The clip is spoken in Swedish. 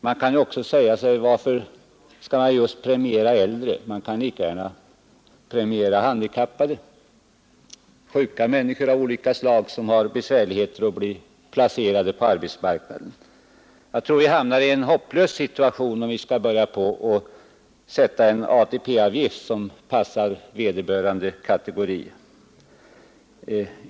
Man kan då fråga sig: Varför skall man just premiera äldre? Man kan lika gärna premiera handikappade och sjuka människor av olika slag, som har svårt att bli 87 Jag tror att vi hamnar i en hopplös situation, om vi inför en ATP-avgift som passar vederbörande kategori.